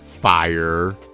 fire